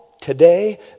today